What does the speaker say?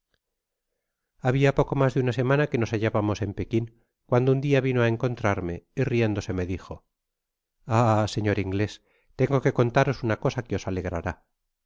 habia poco mas de una semana que nos hallábamos en pekin cuando un dia vino á encontrarme y riéndose me dijo ah señor inglés tengo que contaros una cosa que os alegrará